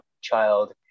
child